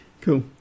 cool